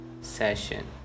session